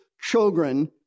children